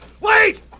Wait